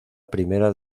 primera